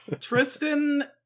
Tristan